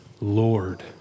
Lord